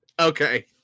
Okay